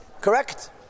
correct